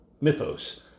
mythos